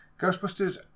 Ghostbusters